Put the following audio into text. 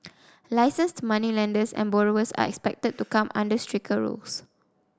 licenced moneylenders and borrowers are expected to come under stricter rules